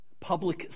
public